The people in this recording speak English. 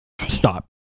stop